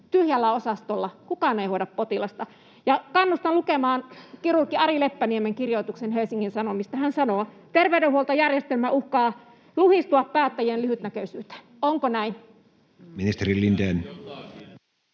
Tyhjällä osastolla kukaan ei hoida potilasta. Kannustan lukemaan kirurgi Ari Leppäniemen kirjoituksen Helsingin Sanomista. Hän sanoo: ”Terveydenhuoltojärjestelmä uhkaa luhistua päättäjien lyhytnäköisyyteen.” Onko näin?